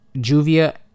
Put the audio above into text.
Juvia